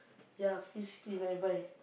ya fish skin I buy